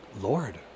Lord